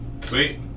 Sweet